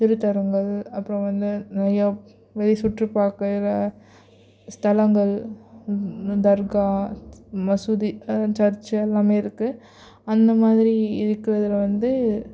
திருத்தரங்கள் அப்புறம் வந்து நிறையா வெளி சுற்று பார்க்கையில ஸ்தலங்கள் தர்க்கா மசூதி சர்ச்சு எல்லாம் இருக்குது அந்த மாதிரி இருக்கிறதுல வந்து